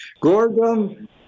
Gordon